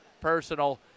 personal